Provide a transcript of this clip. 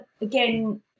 again